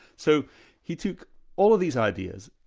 so he took all of these ideas,